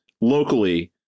locally